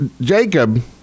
Jacob